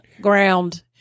ground